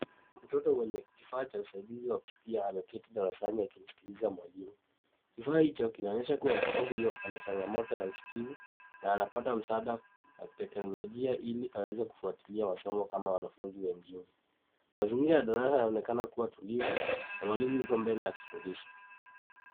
Mtoto mwenye kifaa cha usaidizi wa kusikia ameketi darasani akimsikiliza mwalimu. Kifaa hicho kinaonyesha kuwa mtoto huyo ana changamoto ya usikivu na anapata msaada wa kiteknolojia ili aweze kufuatilia masomo kama wanafunzi wengine. Mazingira ya darasa yanaonekana kuwa tulivu na mwalimu yuko mbele akifundisha.